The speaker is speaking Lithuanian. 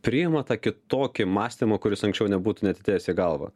priima tą kitokį mąstymą kuris anksčiau nebūtų net atėjęs į galvą